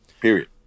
period